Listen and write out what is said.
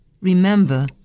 Remember